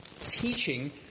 teaching